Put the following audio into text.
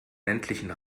ländlichen